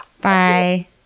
Bye